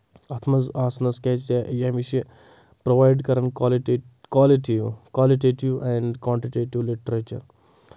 اَتھ منٛز آسنَس کیازِ ییٚمِچ چھِ پرووایڈ کران کالٹی کالٹی کالٹیٹِو اینٛڈ کانٹِٹیٹِو لِٹریچَر